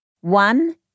One